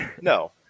No